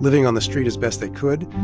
living on the street as best they could.